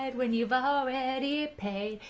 and when you've ah already paid.